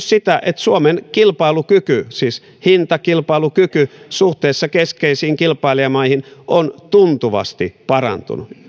sitä että suomen kilpailukyky siis hintakilpailukyky suhteessa keskeisiin kilpailijamaihin on tuntuvasti parantunut